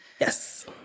Yes